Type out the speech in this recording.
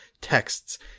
texts